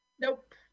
nope